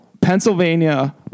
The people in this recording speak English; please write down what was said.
Pennsylvania